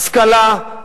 השכלה,